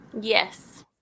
Yes